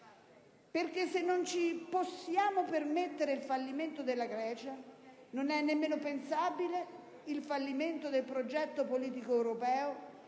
Perché se non ci possiamo permettere il fallimento della Grecia, non è nemmeno pensabile il fallimento del progetto politico europeo